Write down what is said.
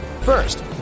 First